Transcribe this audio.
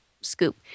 scoop